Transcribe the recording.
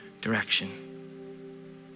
direction